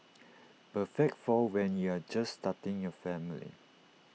perfect for when you're just starting your family